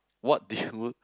what do you